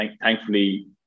thankfully